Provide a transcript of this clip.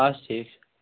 آ ٹھیٖک چھُ